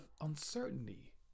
uncertainty